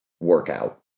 workout